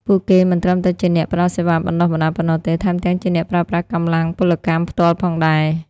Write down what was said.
ពួកគេមិនត្រឹមតែជាអ្នកផ្តល់សេវាបណ្តុះបណ្តាលប៉ុណ្ណោះទេ ថែមទាំងជាអ្នកប្រើប្រាស់កម្លាំងពលកម្មផ្ទាល់ផងដែរ។